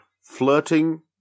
Flirting